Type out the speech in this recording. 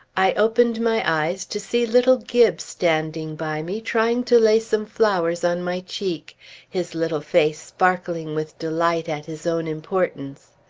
i opened my eyes to see little gibbes standing by me, trying to lay some flowers on my cheek, his little face sparkling with delight at his own importance.